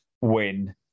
win